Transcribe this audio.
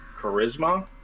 charisma